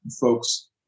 folks